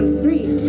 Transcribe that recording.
three